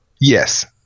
yes